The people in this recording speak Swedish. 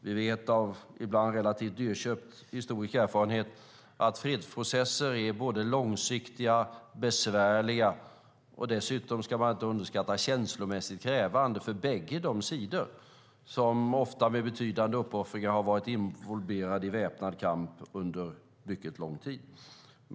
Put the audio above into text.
Vi vet av ibland relativt dyrköpt historisk erfarenhet att fredsprocesser är både långsiktiga och besvärliga, och dessutom ska man inte underskatta att de är känslomässigt krävande för bägge sidor som ofta med betydande uppoffringar varit involverade i väpnad kamp under mycket lång tid.